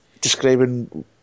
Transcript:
describing